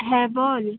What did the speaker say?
হ্যাঁ বল